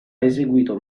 eseguito